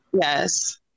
yes